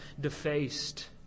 defaced